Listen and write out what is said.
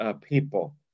people